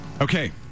Okay